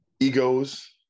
egos